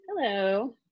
Hello